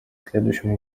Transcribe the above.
следующем